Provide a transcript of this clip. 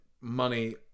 money